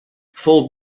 fou